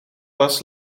was